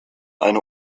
eine